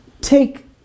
take